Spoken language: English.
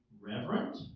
reverent